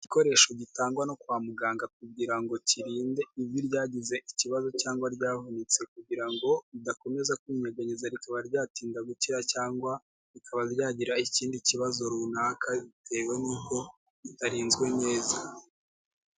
Igikoresho gitangwa no kwa muganga kugira ngo kirinde ivi ryagize ikibazo cyangwa ryavunitse kugira ngo ridakomeza kwinyeganyeza rikaba ryatinda gukira cyangwa rikaba ryagira ikindi kibazo runaka bitewe n'uko ritarinzwe neza.